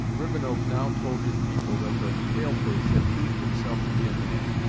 rivenoak now told his people that the pale-face had proved himself to be a man.